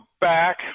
back